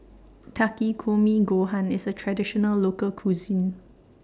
Takikomi Gohan IS A Traditional Local Cuisine